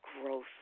growth